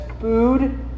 food